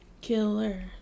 Killer